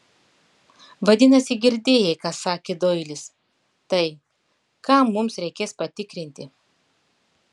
vadinasi girdėjai ką sakė doilis tai ką mums reikės patikrinti